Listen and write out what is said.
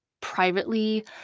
privately